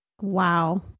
Wow